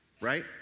Right